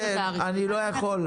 אני לא יכול.